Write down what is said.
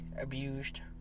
abused